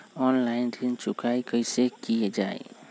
Online ऋण चुकाई कईसे की ञाई?